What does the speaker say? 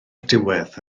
diwedd